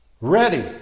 Ready